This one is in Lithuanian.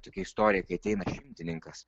tokia istorija kai ateina šimtininkas